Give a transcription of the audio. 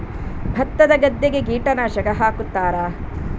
ಭತ್ತದ ಗದ್ದೆಗೆ ಕೀಟನಾಶಕ ಹಾಕುತ್ತಾರಾ?